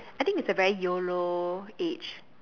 I think is the very Yolo age